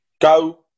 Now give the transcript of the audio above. Go